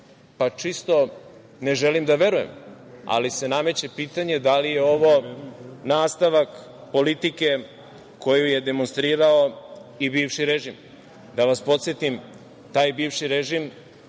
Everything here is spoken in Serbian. Gore. Ne želim da verujem, ali se nameće pitanje da li je ovo nastavak politike koju je demonstrirao i bivši režim? Da vas podsetim, taj bivši režim